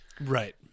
Right